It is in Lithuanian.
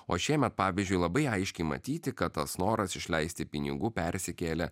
o šiemet pavyzdžiui labai aiškiai matyti kad tas noras išleisti pinigų persikėlė